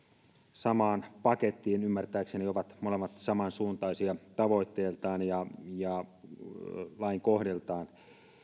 samaan pakettiin ymmärtääkseni ne ovat samansuuntaisia tavoitteiltaan ja ja lainkohdiltaan